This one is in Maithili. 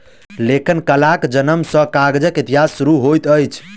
लेखन कलाक जनम सॅ कागजक इतिहास शुरू होइत अछि